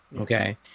Okay